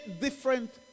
different